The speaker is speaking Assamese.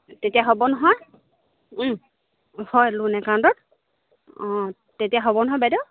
তেতিয়া হ'ব নহয় হয় লোন একাউণ্টত অঁ তেতিয়া হ'ব নহয় বাইদেউ